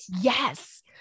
Yes